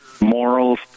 morals